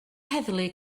heddlu